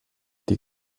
die